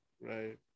Right